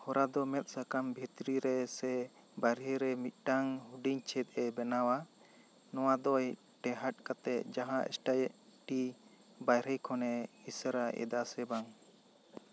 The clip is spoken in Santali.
ᱦᱚᱨᱟ ᱫᱚ ᱢᱮᱫ ᱥᱟᱠᱟᱢ ᱵᱷᱤᱛᱨᱤ ᱨᱮ ᱥᱮ ᱵᱟᱨᱦᱮ ᱨᱮ ᱢᱤᱫᱴᱟᱝ ᱦᱩᱰᱤᱧ ᱪᱷᱮᱹᱫᱽ ᱮ ᱵᱟᱱᱟᱣᱟ ᱱᱚᱣᱟ ᱫᱚᱭ ᱴᱮᱦᱟᱴ ᱠᱟᱛᱮᱫ ᱡᱟᱦᱟᱸ ᱥᱴᱟᱭᱮᱜ ᱴᱤ ᱵᱟᱨᱦᱮ ᱠᱷᱚᱱᱮ ᱤᱥᱟᱹᱨᱟ ᱮᱫᱟ ᱥᱮ ᱵᱟᱝ